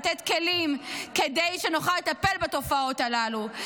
לתת כלים כדי שנוכל לטפל בתופעות הללו,